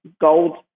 Gold